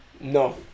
no